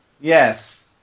Yes